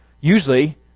usually